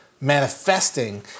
manifesting